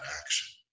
action